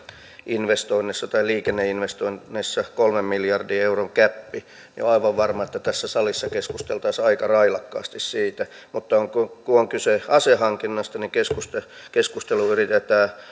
investoinneissa tai liikenneinvestoinneissa kolmen miljardin euron gäppi niin on aivan varma että tässä salissa keskusteltaisiin aika railakkaasti siitä mutta kun on kyse asehankinnasta niin keskustelu yritetään